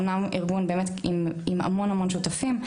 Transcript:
אומנם ארגון עם המון המון שותפים,